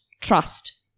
trust